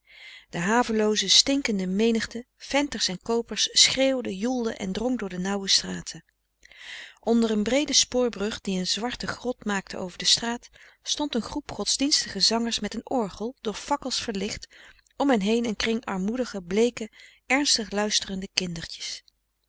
de havelooze stinkende menigte venters en koopers schreeuwde joelde en drong door de nauwe straten onder een breede spoorbrug die een zwarte grot maakte over de straat stond een groep godsdienstige zangers met een orgel door fakkels verlicht om hen heen een kring armoedige bleeke ernstig luisterende kindertjes